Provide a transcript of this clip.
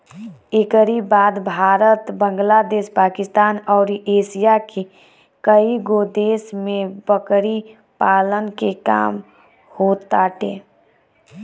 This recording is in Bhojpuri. एकरी बाद भारत, बांग्लादेश, पाकिस्तान अउरी एशिया के कईगो देश में बकरी पालन के काम होताटे